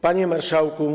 Panie Marszałku!